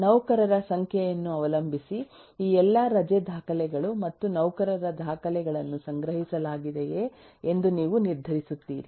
ನೌಕರರ ಸಂಖ್ಯೆಯನ್ನು ಅವಲಂಬಿಸಿ ಈ ಎಲ್ಲಾ ರಜೆ ದಾಖಲೆಗಳು ಮತ್ತು ನೌಕರರ ದಾಖಲೆಗಳನ್ನು ಸಂಗ್ರಹಿಸಲಾಗಿದೆಯೇ ಎಂದು ನೀವು ನಿರ್ಧರಿಸುತ್ತೀರಿ